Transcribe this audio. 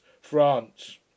France